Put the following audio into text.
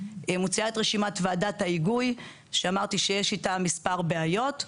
מוציאה את רשימת ועדת ההיגוי שאמרתי שיש איתה מספר בעיות.